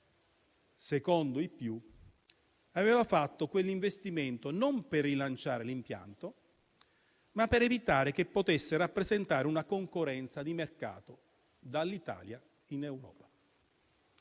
secondo i più, aveva fatto quell'investimento non per rilanciare l'impianto, ma per evitare che potesse rappresentare una concorrenza di mercato dall'Italia in Europa.